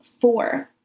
four